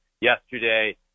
Yesterday